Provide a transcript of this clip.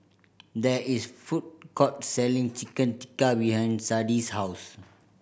there is food court selling Chicken Tikka behind Sadie's house